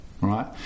right